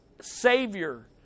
savior